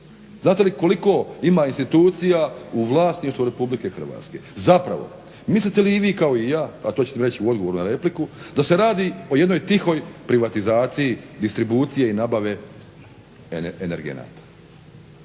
Znate li koliko ima institucija u vlasništvu RH? Zapravo, mislite li i vi kao i ja, a to ćete mi reći u odgovoru na repliku, da se radi o jednoj tihoj privatizaciji distribucije i nabave energenata?